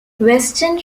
weston